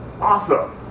Awesome